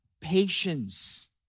patience